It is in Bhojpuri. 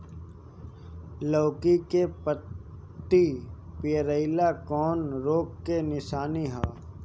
लौकी के पत्ति पियराईल कौन रोग के निशानि ह?